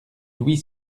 louis